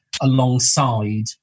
alongside